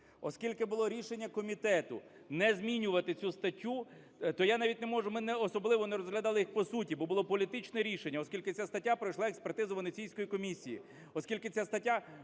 Оскільки було рішення комітету не змінювати цю статтю, то я навіть не можу, ми особливо не розглядали їх по суті, бо було політичне рішення. Оскільки ця стаття пройшла експертизу Венеційської комісії.